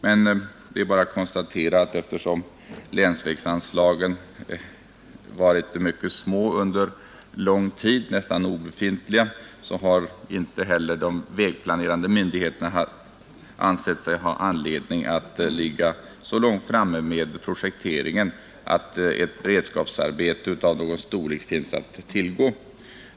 Det är emellertid bara att konstatera att eftersom länsvägsanslagen varit mycket små under lång tid — nästan obefintliga — har inte heller de vägplanerande myndigheterna ansett sig ha anledning att ligga så långt framme med projekteringen att ett beredskapsarbete av nämnvärd storlek finns att tillgå.